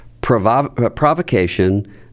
provocation